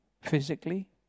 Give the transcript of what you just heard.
physically